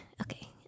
Okay